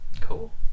cool